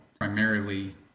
primarily